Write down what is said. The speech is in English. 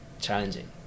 challenging